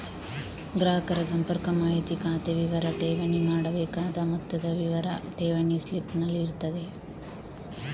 ಗ್ರಾಹಕರ ಸಂಪರ್ಕ ಮಾಹಿತಿ, ಖಾತೆ ವಿವರ, ಠೇವಣಿ ಮಾಡಬೇಕಾದ ಮೊತ್ತದ ವಿವರ ಠೇವಣಿ ಸ್ಲಿಪ್ ನಲ್ಲಿ ಇರ್ತದೆ